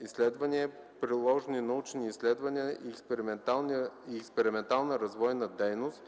изследвания, приложни научни изследвания и експериментална развойна дейност,